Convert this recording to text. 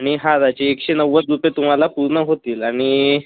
आणि हाराचे एकशे नव्वद रूपये तुम्हाला पूर्ण होतील आणि